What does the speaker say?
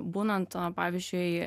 būnant pavyzdžiui